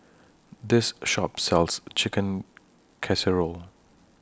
This Shop sells Chicken Casserole